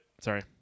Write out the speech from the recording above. Sorry